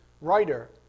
writer